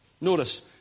Notice